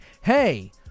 hey